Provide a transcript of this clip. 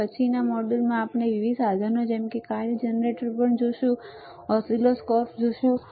અને પછી નીચેના મોડ્યુલોમાં આપણે વિવિધ સાધનો જેમ કે કાર્ય જનરેટર પણ જોશું તમે ઓસિલોસ્કોપ જોશો